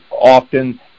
often